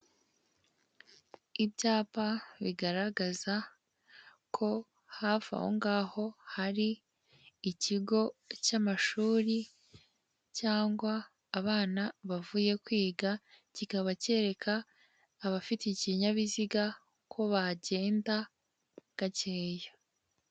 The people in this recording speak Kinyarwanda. Ibyapa bigaragaza ko hafi aho ngaho hari ikigo cy'amashuri cyangwa abana bavuye kwiga, kikaba cyereka abafite ikinyabiziga ko bagenda gakeya.